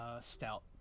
stout